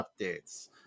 updates